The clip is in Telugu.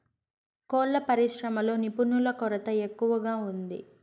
కోళ్ళ పరిశ్రమలో నిపుణుల కొరత ఎక్కువగా ఉంది